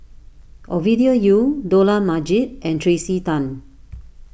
Ovidia Yu Dollah Majid and Tracey Tan